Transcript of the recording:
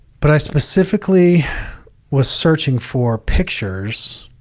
but i specifically was searching for pictures